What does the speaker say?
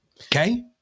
Okay